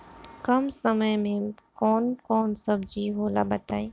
कम समय में कौन कौन सब्जी होला बताई?